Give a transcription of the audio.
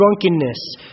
drunkenness